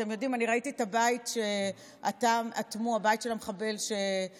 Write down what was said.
אתם יודעים, אני ראיתי את הבית של המחבל שרצח